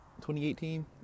2018